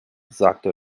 sagte